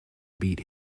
beat